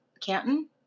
Canton